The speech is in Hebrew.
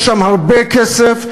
יש שם הרבה כסף,